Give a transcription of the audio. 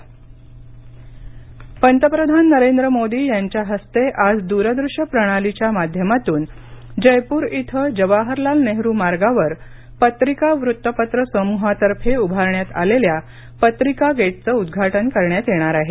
पंतप्रधान पत्रिका पंतप्रधान नरेंद्र मोदी यांच्या हस्ते आज दूरदृश्य प्रणालीच्या माध्यमातून जयपूर इथं जवाहरलाल नेहरू मार्गावर पत्रिका वृत्तपत्र समूहातर्फे उभारण्यात आलेल्या पत्रिका गेटचे उदघाटन करण्यात येणार आहे